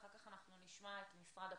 אחר כך אנחנו נשמע גם את משרד הפנים.